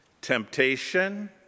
Temptation